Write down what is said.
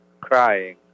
crying